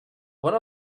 one